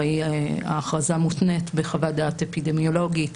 הרי ההכרזה מותנית בחוות דעת אפידמיולוגית